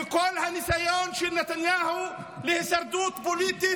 וכל הניסיון של נתניהו להישרדות פוליטית,